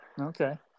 Okay